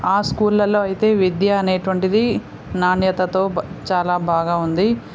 ఆ స్కూళ్ళలో అయితే విద్య అనేటటువంటిది నాణ్యతతో బా చాలా బాగా ఉంది